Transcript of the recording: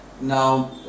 Now